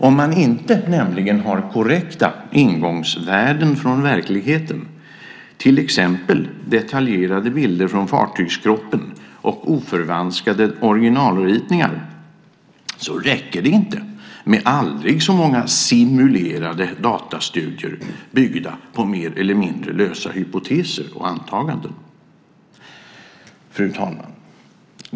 Om man inte har korrekta ingångsvärden från verkligheten, till exempel detaljerade bilder från fartygskroppen och oförvanskade originalritningar, räcker det inte med aldrig så många simulerade datastudier byggda på mer eller mindre lösa hypoteser och antaganden. Fru talman!